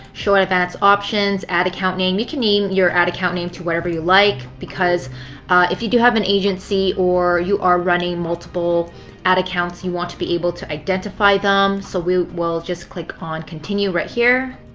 show advanced options. add account name. you can name your ad account to whatever you like because if you do have an agency or you are running multiple ad accounts, you want to be able to identify them. so we will just click on continue right here.